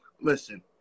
listen